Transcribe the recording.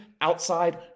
Outside